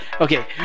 Okay